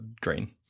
Green